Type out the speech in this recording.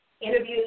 interviews